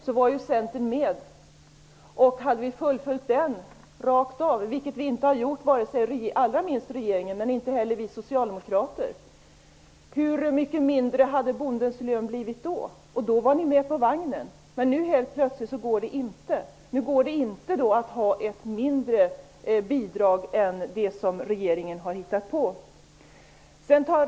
Vi har inte fullföljt den, allra minst regeringen men inte inte heller vi socialdemokrater. Men om vi hade gjort det, hur mycket mindre hade bondens lön blivit då? Centern var med på vagnen då, men nu går det helt plötsligt inte. Nu går det inte att ha ett mindre bidrag än det som regeringen har hittat på.